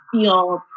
feel